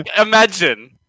imagine